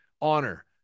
Honor